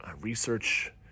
research